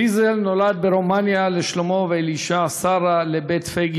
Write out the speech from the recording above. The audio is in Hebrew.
ויזל נולד ברומניה לשלמה אלישע ושרה לבית פייג,